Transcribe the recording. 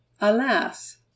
Alas